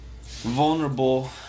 vulnerable